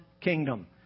kingdom